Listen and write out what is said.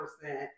percent